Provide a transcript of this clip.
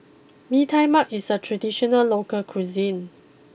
Bee Tai Mak is a traditional local cuisine